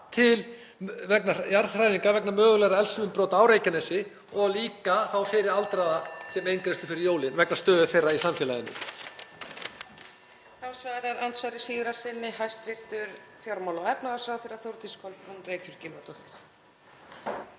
vegna jarðhræringa og mögulegra eldsumbrota á Reykjanesi og líka fyrir aldraða sem eingreiðsla fyrir jólin vegna stöðu þeirra í samfélaginu?